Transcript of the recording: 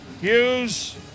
Hughes